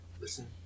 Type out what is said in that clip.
Listen